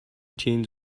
teens